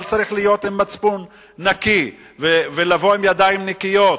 אבל צריך להיות עם מצפון נקי ולבוא עם ידיים נקיות,